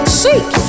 seek